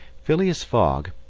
phileas fogg,